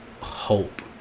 hope